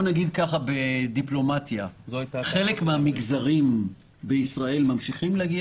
נגיד בדיפלומטיה: חלק מן המגזרים בישראל ממשיכים להגיע